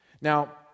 Now